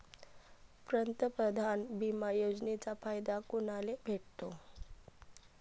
पंतप्रधान बिमा योजनेचा फायदा कुनाले भेटतो?